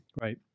Right